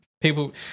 people